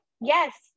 Yes